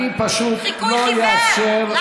חיקוי חיוור.